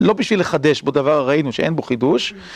לא בשביל לחדש בו דבר, הרי ראינו שאין בו חידוש.